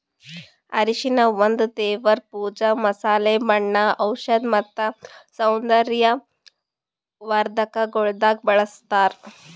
ಅರಿಶಿನ ಒಂದ್ ದೇವರ್ ಪೂಜಾ, ಮಸಾಲೆ, ಬಣ್ಣ, ಔಷಧ್ ಮತ್ತ ಸೌಂದರ್ಯ ವರ್ಧಕಗೊಳ್ದಾಗ್ ಬಳ್ಸತಾರ್